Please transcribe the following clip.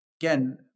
again